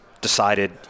Decided